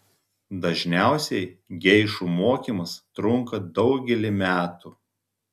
dažniausiai geišų mokymas trunka daugelį metų